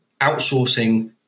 outsourcing